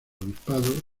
obispado